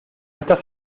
estás